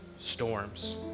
storms